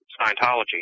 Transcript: Scientology